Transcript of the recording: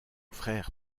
frère